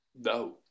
No